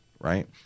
right